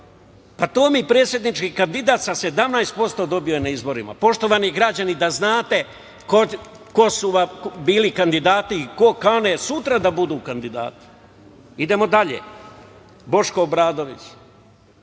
To mi je predsednički kandidat, sa 17% koje je dobio na izborima. Poštovani građani, da znate ko su vam bili kandidati i ko kani sutra da budu kandidati. Idemo dalje. Boško Obradović,